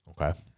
Okay